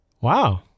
Wow